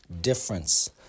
difference